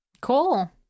cool